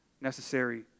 necessary